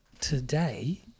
today